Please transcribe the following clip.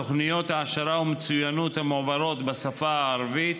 תוכניות העשרה ומצוינות המועברות בשפה הערבית,